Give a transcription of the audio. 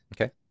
okay